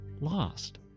lost